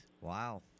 Wow